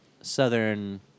southern